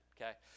okay